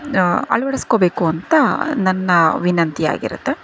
ಅಳವಡಿಸ್ಕೋಬೇಕು ಅಂತ ನನ್ನ ವಿನಂತಿಯಾಗಿರತ್ತೆ